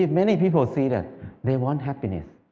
many people see that they want happiness,